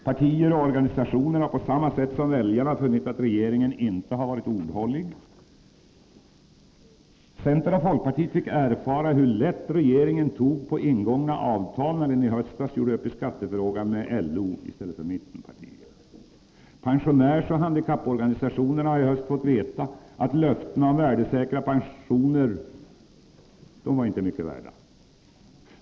Partier och organisationer har på samma sätt som väljarna funnit att regeringen inte varit ordhållig. Centern och folkpartiet fick erfara hur lätt regeringen tog på ingångna avtal, när den i höstas gjorde upp i skattefrågan med LO i stället för med mittenpartierna. Pensionärsoch handikapporganisationerna har i höst fått veta att löftena om värdesäkra pensioner inte var mycket värda.